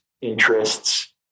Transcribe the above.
interests